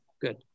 good